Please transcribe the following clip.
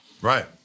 Right